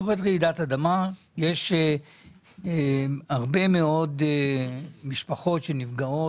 יש הרבה מאוד משפחות שנפגעות,